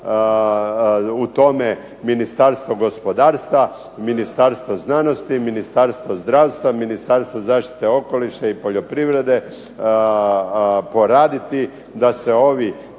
u tome Ministarstvo gospodarstva, Ministarstvo znanosti, Ministarstvo zdravstva, Ministarstvo zaštite okoliša i poljoprivrede poraditi da se ovi